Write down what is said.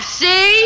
see